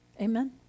Amen